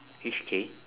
H K